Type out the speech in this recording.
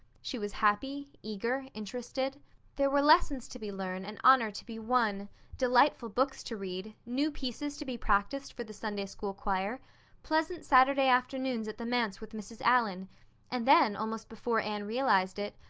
she was happy, eager, interested there were lessons to be learned and honor to be won delightful books to read new pieces to be practiced for the sunday-school choir pleasant saturday afternoons at the manse with mrs. allan and then, almost before anne realized it,